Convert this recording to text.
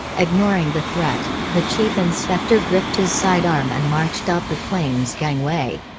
ignoring the threat, the chief inspector gripped his sidearm and marched up the plane's gangway.